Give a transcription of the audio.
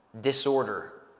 disorder